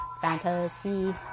fantasy